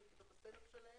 הממשלה.